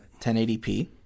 1080p